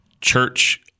church –